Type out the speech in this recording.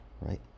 right